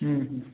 ହୁଁ